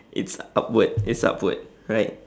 it's upward it's upward right